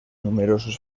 numerosos